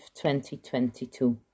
2022